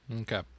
Okay